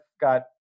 got